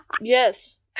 yes